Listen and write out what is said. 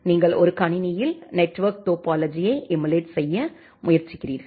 நீங்கள் ஒரு கணினியில் நெட்வொர்க் டோபோலொஜியை எமுலேட் செய்ய முயற்சிக்கிறீர்கள்